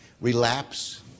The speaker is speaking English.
relapse